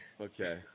Okay